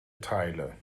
teile